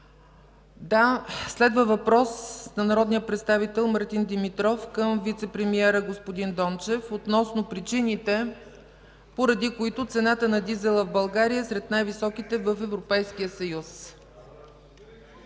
Да. Следва въпрос на народния представител Мартин Димитров към вицепремиера господин Дончев относно причините, поради които цената на дизела в България е сред най-високите в Европейския съюз.